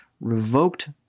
revoked